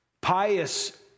pious